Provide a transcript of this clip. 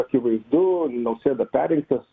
akivaizdu nausėda perrinktas